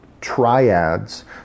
triads